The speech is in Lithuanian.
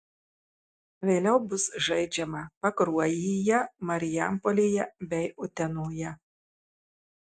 vėliau bus žaidžiama pakruojyje marijampolėje bei utenoje